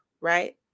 right